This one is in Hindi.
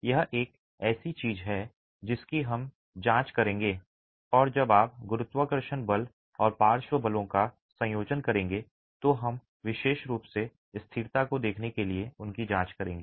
यह एक ऐसी चीज है जिसकी हम जांच करेंगे और जब आप गुरुत्वाकर्षण बल और पार्श्व बलों का संयोजन करेंगे तो हम विशेष रूप से स्थिरता को देखने के लिए उनकी जांच करेंगे